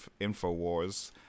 InfoWars